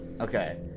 Okay